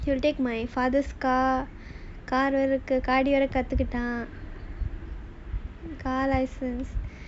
he will take my father's car car வேற கத்துக்கிட்டேன்:vera kathukittaen